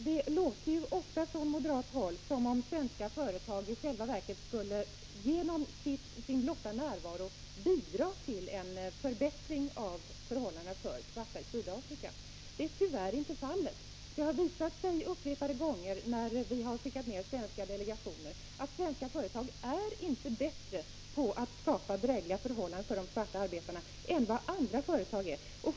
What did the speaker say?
Herr talman! Det låter ofta från moderat håll som om svenska företag i själva verket genom sin blotta närvaro skulle bidra till en förbättring av förhållandena för de svarta i Sydafrika. Så är tyvärr inte fallet. Det har visat sig upprepade gånger när vi skickat svenska delegationer till Sydafrika att svenska företag inte är bättre på att skapa drägligare förhållanden för de svarta än vad andra företag är.